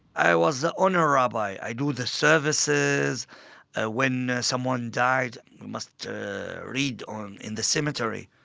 i was the honor rabbi, i do the services ah when someone dies, you must read um in the cemetery.